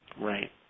Right